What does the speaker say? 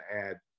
add